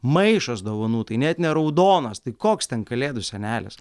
maišas dovanų tai net ne raudonas tai koks ten kalėdų senelis